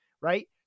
right